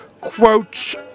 Quotes